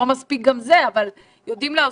לא מספיק גם כאן אבל יודעים להוסיף,